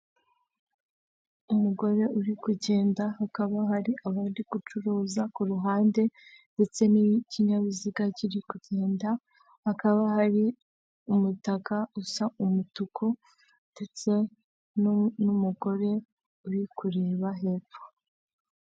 Umugore uri kugenda hakaba hari abandi gucuruza kuruhande ndetse n'ikinyabiziga kiri kugenda hakaba hari umutakaga usa umutuku ndetse n'umugore uri kureba hepfo.